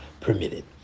permitted